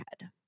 head